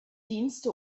dienste